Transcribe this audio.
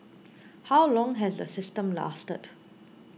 how long has the system lasted